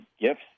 gifts